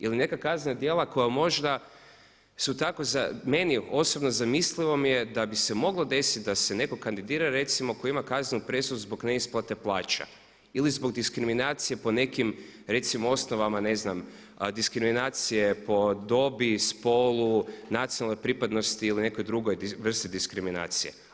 Ili neka kaznena djela koja možda su tako, meni osobno zamislivo je da bi se moglo desiti da se neko kandidira recimo tko ima kaznenu presudu zbog neisplate plaća ili zbog diskriminacije po nekim recimo osnovama ne znam diskriminacije po dobi, spolu, nacionalnoj pripadnosti ili nekoj drugoj vrsti diskriminacije.